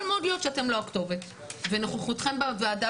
יכול מאוד להיות שאתם לא הכתובת ונוכחותכם בוועדה,